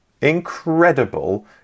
incredible